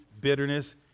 bitterness